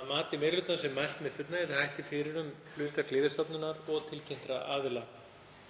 Að mati meiri hlutans er mælt með fullnægjandi hætti fyrir um hlutverk Lyfjastofnunar og tilkynntra aðila.